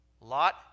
Lot